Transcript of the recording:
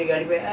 mmhmm